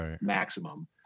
maximum